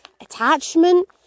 attachment